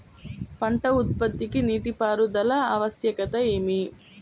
పంట ఉత్పత్తికి నీటిపారుదల ఆవశ్యకత ఏమి?